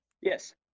Yes